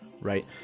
right